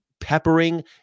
peppering